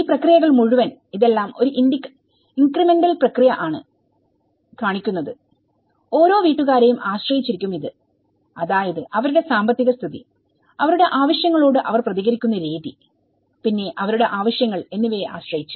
ഈ പ്രക്രിയകൾ മുഴുവൻ ഇതെല്ലാം ഒരു ഇൻഗ്രിമെന്റൽപ്രക്രിയ ആണ് കാണിക്കുന്നത്ഓരോ വീട്ടുകാരെയും ആശ്രയിച്ചിരിക്കും ഇത് അതായത് അവരുടെ സാമ്പത്തിക സ്ഥിതി അവരുടെ ആവശ്യങ്ങളോട് അവർ പ്രതികരിക്കുന്ന രീതി പിന്നെ അവരുടെ ആവശ്യങ്ങൾ എന്നിവയെ ആശ്രയിച്ച്